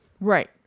Right